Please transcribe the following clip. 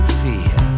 fear